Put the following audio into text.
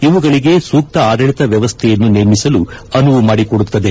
ಇವುಗಳಗೆ ಸೂಕ್ತ ಆಡಳಿತ ವ್ಯವಸ್ಥೆಯನ್ನು ನೇಮಿಸಲು ಅನುವು ಮಾಡಿಕೊಡುತ್ತದೆ